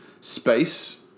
space